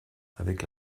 avec